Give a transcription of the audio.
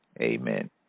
Amen